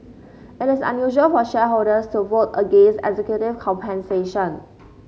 it is unusual for shareholders to vote against executive compensation